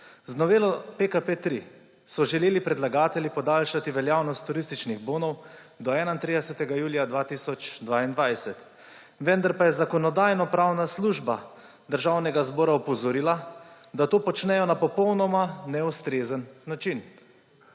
Z novelo PKP3 so želeli predlagatelji podaljšati veljavnost turističnih bonov do 31. julija 2022, vendar pa je Zakonodajno-pravna služba Državnega zbora opozorila, da to počnejo na popolnoma neustrezen način.